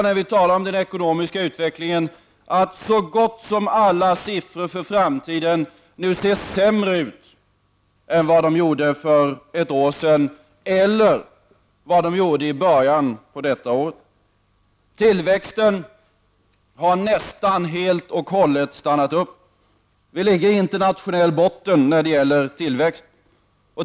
När vi talar om den ekonomiska utvecklingen är det att märka att så gott som alla siffror för framtiden nu ser sämre ut än vad de gjorde för ett år sedan eller i början av detta år. Tillväxten har nästan helt och hållet stannat upp. Vi ligger i botten internationellt när det gäller tillväxt.